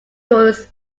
was